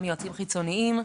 גם מיועצים חיצוניים,